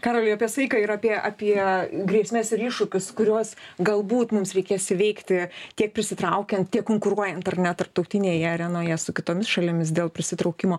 karoli apie saiką ir apie apie grėsmes ir iššūkius kuriuos galbūt mums reikės įveikti tiek prisitraukiant tiek konkuruojant ar ne tarptautinėje arenoje su kitomis šalimis dėl prisitraukimo